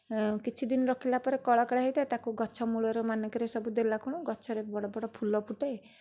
କିଛିଦିନ ରଖିଲାପରେ କଳା କଳା ହୋଇଥାଏ ତାକୁ ଗଛମୂଳ ମାନଙ୍କରେ ସବୁ ଦେଲାକୁଣୁ ଗଛରେ ବଡ଼ ବଡ଼ ଫୁଲ ଫୁଟେ